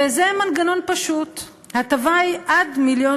וזה מנגנון פשוט: ההטבה היא עד 1.6 מיליון.